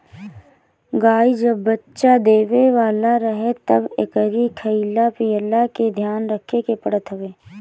गाई जब बच्चा देवे वाला रहे तब एकरी खाईला पियला के ध्यान रखे के पड़त हवे